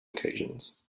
occasions